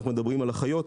על אחיות,